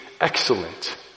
excellent